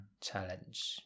challenge